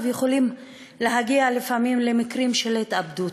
יכולות להגיע לפעמים למקרים של התאבדות.